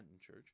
church